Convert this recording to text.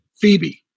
Phoebe